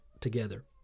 together